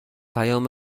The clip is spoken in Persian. پیام